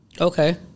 Okay